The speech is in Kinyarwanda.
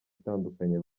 itandukanye